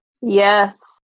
Yes